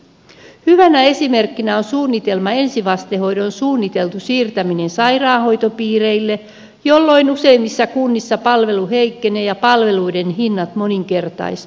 hyvänä esimerkkinä on ensivastehoidon suunniteltu siirtäminen sairaanhoitopiireille jolloin useimmissa kunnissa palvelu heikkenee ja palveluiden hinnat moninkertaistuvat